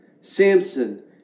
Samson